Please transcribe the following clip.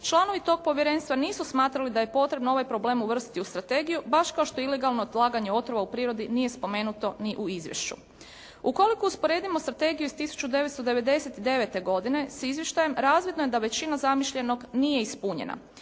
članovi toga povjerenstva nisu smatrali da je potrebno ovaj problem uvrstiti u strategiju baš kao što ilegalno odlaganje otrova u prirodi nije spomenuto ni u izvješću. Ukoliko usporedimo strategiju iz 1999. godine s izvještajem razvidno je da većina zamišljenog nije ispunjena.